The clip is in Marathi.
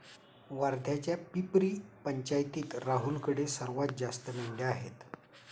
वर्ध्याच्या पिपरी पंचायतीत राहुलकडे सर्वात जास्त मेंढ्या आहेत